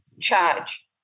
charge